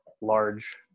large